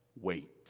Wait